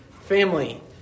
family